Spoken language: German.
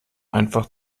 einfach